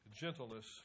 gentleness